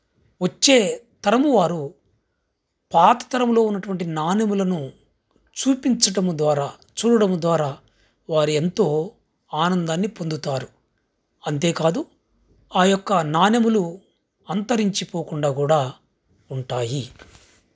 వచ్చే తరము వారు పాత తరంలో ఉన్నటువంటి నాణెములను చూపించటము ద్వారా చూడడము ద్వారా వారు ఎంతో ఆనందాన్ని పొందుతారు అంతేకాదు ఆ యొక్క నాణెములు అంతరించిపోకుండా కూడా ఉంటాయి